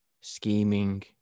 scheming